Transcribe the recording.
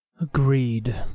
Agreed